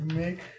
make